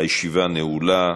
הישיבה נעולה.